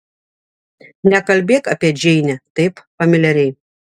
nekalbėk apie džeinę taip familiariai